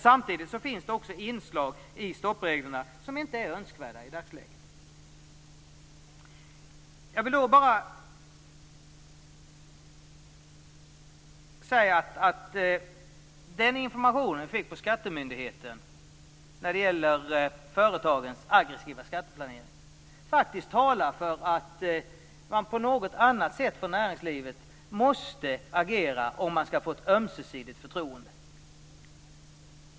Samtidigt finns det inslag i stoppreglerna som inte är önskvärda i dagsläget. Den information vi fick på skattemyndigheten om företagens aggressiva skatteplanering talar för att näringslivet måste agera för att skapa ett ömsesidigt förtroende.